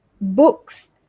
books